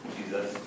Jesus